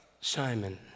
Simon